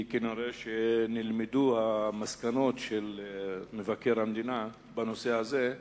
כי כנראה נלמדו המסקנות של מבקר המדינה בנושא הזה,